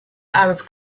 arab